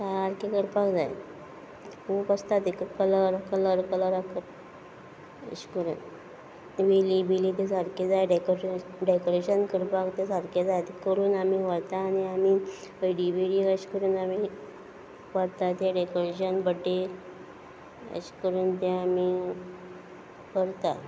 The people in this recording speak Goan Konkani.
सारकें करपाक जाय खूब आसता तें करप कलर कलर एशे करून वेली बिली ते सारकें जाय डेकोरेशन करपाक तें करून आमी व्हरता आनी आमी हयडी बियडी अशी करून आमी व्हरता तें डेकोरेशन बड्डेक अशे करून तें आमी करता